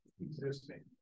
existing